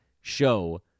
show